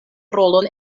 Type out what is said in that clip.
rolon